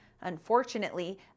Unfortunately